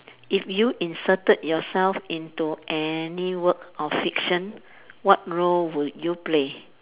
if you inserted yourself into any work of fiction what role would you play